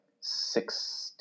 six